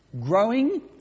Growing